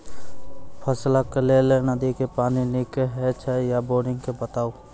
फसलक लेल नदी के पानि नीक हे छै या बोरिंग के बताऊ?